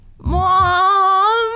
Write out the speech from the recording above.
Mom